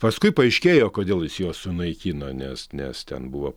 paskui paaiškėjo kodėl jis juos sunaikino nes nes ten buvo